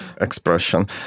expression